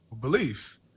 beliefs